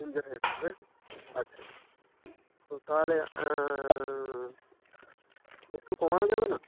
তিন চার হাজার টাকা তাই তো আচ্ছা ও তাহলে একটু কমানো যাবে না